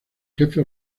jefe